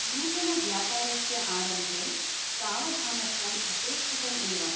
नूतनव्यापारस्य आरम्भे सावधानत्वम् अपेक्षितम् एव